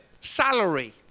Salary